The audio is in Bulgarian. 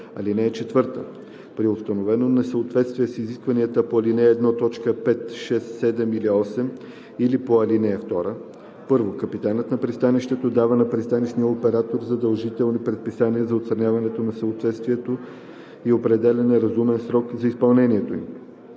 ал. 5. (4) При установено несъответствие с изискванията по ал. 1, т. 5, 6, 7 или 8, или по ал. 2: 1. капитанът на пристанището дава на пристанищния оператор задължителни предписания за отстраняване на несъответствието и определя разумен срок за изпълнението им;